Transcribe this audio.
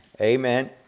Amen